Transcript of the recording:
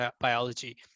biology